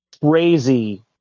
crazy